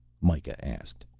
mikah asked.